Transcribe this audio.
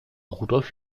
rudolf